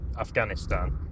Afghanistan